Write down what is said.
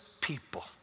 people